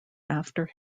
after